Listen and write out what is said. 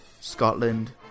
Scotland